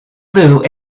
blue